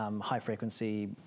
high-frequency